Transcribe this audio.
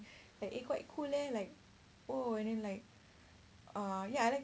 like eh quite cool leh like oh and then like uh ya I like